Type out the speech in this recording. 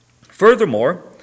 Furthermore